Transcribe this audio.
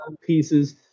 pieces